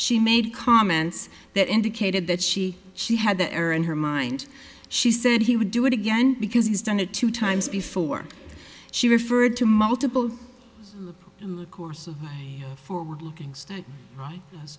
she made comments that indicated that she she had the air and her mind she said he would do it again because he's done it two times before she referred to multiple course of forward looking